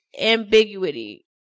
Ambiguity